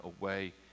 away